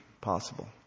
possible